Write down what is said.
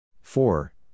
Four